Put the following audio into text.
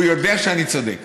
הוא יודע שאני צודק.